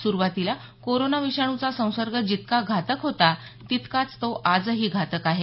सुरुवातीला कोरोना विषाणूचा संसर्ग जितका घातक होता तितकाच तो आजही घातक आहे